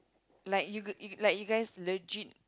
like you g~ like you guys legit